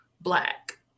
black